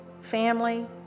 family